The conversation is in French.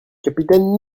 capitaine